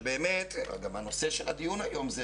גם הנושא של הדיון היום,